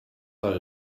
war